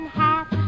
half